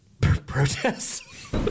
protests